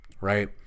right